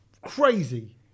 crazy